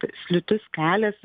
slidus kelias